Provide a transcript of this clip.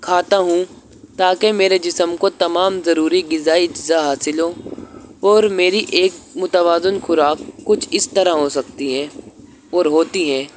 کھاتا ہوں تاکہ میرے جسم کو تمام ضروری غذائی اجزا حاصل ہو اور میری ایک متوازن خوراک کچھ اس طرح ہو سکتی ہیں اور ہوتی ہیں